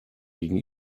gegen